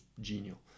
genial